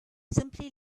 simply